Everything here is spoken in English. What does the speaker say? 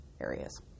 areas